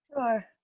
Sure